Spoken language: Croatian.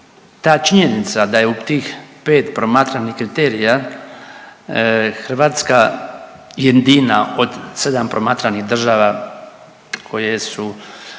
Ta činjenica da je u tih 5 promatranih kriterija Hrvatska jedina od 7 promatranih država koje su